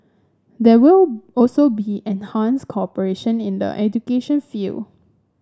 there will also be enhanced cooperation in the education field